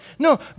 No